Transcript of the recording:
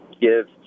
give